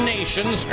Nations